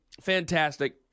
fantastic